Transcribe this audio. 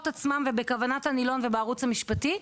עצמן ובכוונת הנילון ובערוץ המשפטי,